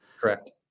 Correct